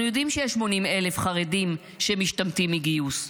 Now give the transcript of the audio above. אנחנו יודעים שיש 80,000 חרדים שמשתמטים מגיוס.